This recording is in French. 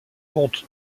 compte